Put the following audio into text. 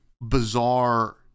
bizarre